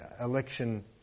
election